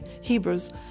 Hebrews